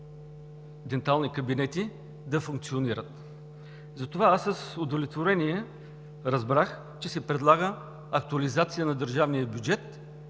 дентални кабинети да функционират. Затова с удовлетворение разбрах, че се предлага актуализация на държавния бюджет,